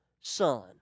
son